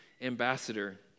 ambassador